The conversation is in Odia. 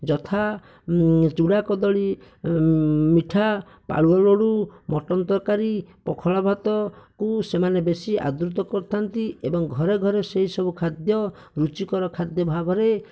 ଯଥା ଚୁଡ଼ା କଦଳୀ ମିଠା ପାଳୁଅ ଲଡ଼ୁ ମଟନ ତରକାରୀ ପଖାଳ ଭାତକୁ ସେମାନେ ବେଶୀ ଆଦୃତ କରିଥାନ୍ତି ଏବଂ ଘରେ ଘରେ ସେହି ସବୁ ଖାଦ୍ୟ ରୁଚିକର ଖାଦ୍ୟ ଭାବରେ